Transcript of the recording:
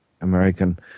American